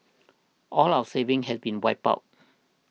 all our savings have been wiped out